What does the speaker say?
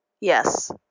Yes